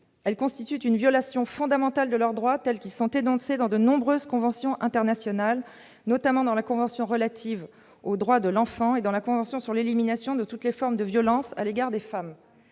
Elles constituent une violation fondamentale de leurs droits, tels qu'ils sont énoncés dans de nombreuses conventions internationales, notamment dans la Convention relative aux droits de l'enfant et dans la Convention sur l'élimination de toutes les formes de discrimination à l'égard des femmes.